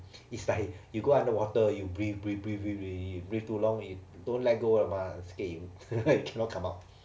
it's like you go underwater you breathe breathe breathe breathe breathe you breath too long you don't let go ah scared you cannot come out